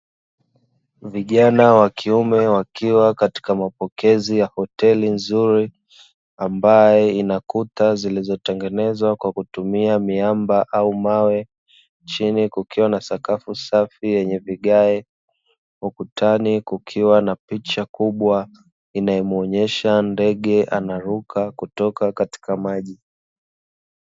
Vijana wa kiume wakiwa katika mapokezi ya hoteli nzuri, ambayo ina kuta zilizotengenezwa kwa kutumia miamba au mawe, chini kukiwa na sakafu safi yenye vijae, ukutani kukiwa na picha kubwa inayomuonesha ndege anaruka kutoka katika maji.